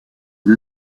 une